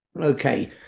Okay